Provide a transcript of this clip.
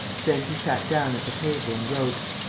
then he sat down at the table and wrote